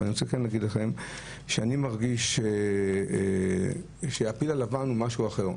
אבל אני כן רוצה להגיד לכם שאני מרגיש שהפיל בחדר הוא משהו אחר.